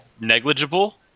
negligible